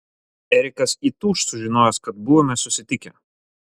erikas įtūš sužinojęs kad buvome susitikę